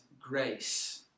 grace